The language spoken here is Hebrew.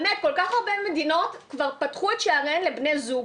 באמת כל כך הרבה מדינות כבר פתחו את שעריהן לבני זוג,